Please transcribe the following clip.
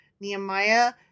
Nehemiah